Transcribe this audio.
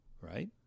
right